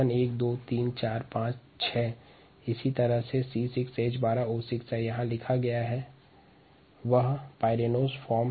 slide समय 1645 में glucose अणु का पसरानोस संरचना प्रदर्शित है और एक ग्लूकोज अणु क्रमशः अन्य ग्लूकोज अणु से जुड़कर मंड निर्माण करता है